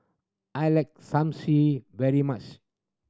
I like very much